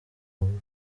burundi